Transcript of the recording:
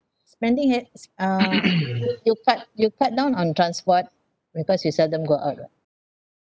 spending ha~ s~ uh you cut you cut down on transport because you seldom go out [what]